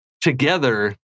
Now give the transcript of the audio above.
together